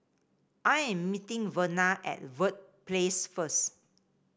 I am meeting Verna at Verde Place first